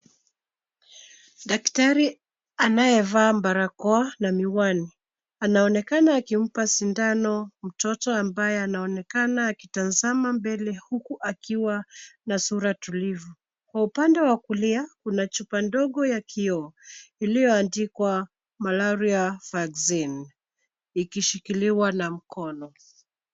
Daktari anayevaa barakoa na miwani anaonekana akimpa sindano mtoto ambaye anaonekana akitazama mbele huku akiwa na sura tulivu. Kwa upande wa kulia kuna chupa ndogo ya kioo iliyoandikwa malaria vaccine ikishikiliwa na mkono.